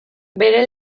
bere